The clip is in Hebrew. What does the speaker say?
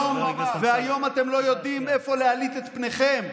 והיום אתם לא יודעים איפה להליט את פניכם,